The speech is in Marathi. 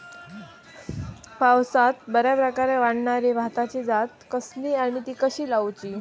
पावसात बऱ्याप्रकारे वाढणारी भाताची जात कसली आणि ती कशी लाऊची?